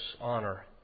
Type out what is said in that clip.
honor